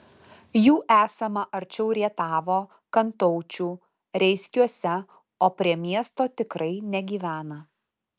jų esama arčiau rietavo kantaučių reiskiuose o prie miesto tikrai negyvena